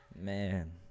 man